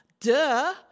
Duh